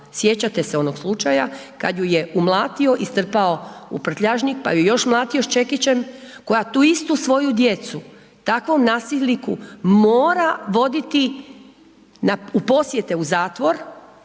sjećate se onog slučaja kad ju je umlatio i strpao u prtljažnik pa ju je još mlatio s čekićem, koja tu istu svoju djecu takvom nasilniku mora voditi u posjete u zatvor